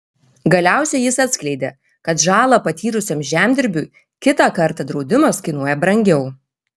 galiausiai jis atskleidė kad žalą patyrusiam žemdirbiui kitą kartą draudimas kainuoja brangiau